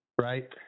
Right